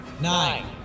Nine